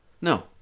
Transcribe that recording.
No